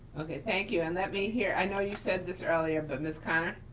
okay, thank you. and let me hear, i know you said this earlier, but miss connor.